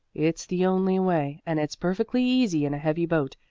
it's the only way, and it's perfectly easy in a heavy boat.